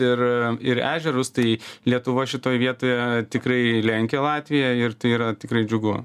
ir ir ežerus tai lietuva šitoj vietoje tikrai lenkia latviją ir tai yra tikrai džiugu